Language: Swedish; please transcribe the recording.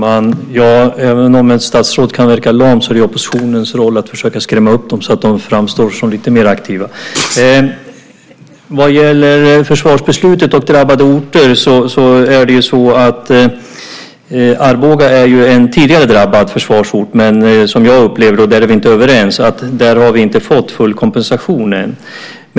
Herr talman! Ja, även om statsråd kan verka lama är det oppositionens roll att försöka skrämma upp dem så att de framstår som lite mer aktiva. Vad gäller försvarsbeslutet och drabbade orter är ju Arboga en tidigare drabbad försvarsort men som jag upplever - där är vi inte överens - ännu inte har fått full kompensation.